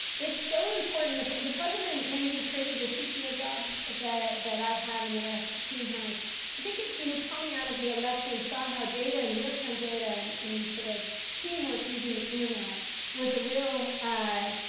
it's so important the the president when he created the cto job that that i have and that our team has i think you know coming out of the elections saw how data and real time data and and sort of teamwork using the internet was a real, ah